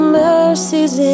mercies